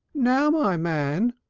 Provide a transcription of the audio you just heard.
now, my man,